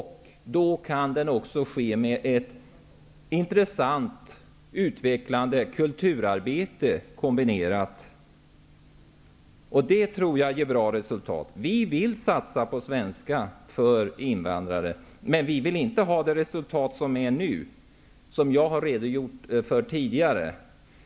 Då kan den också kombineras med ett intressant och utvecklande kulturarbete. Det tror jag ger bra resultat. Vi vill satsa på Svenska för invandrare, men vi vill inte ha det resultat som vi nu ser och som jag har redogjort för tidigare.